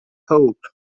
hope